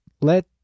let